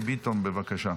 חברת הכנסת דבי ביטון, בבקשה.